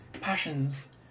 passions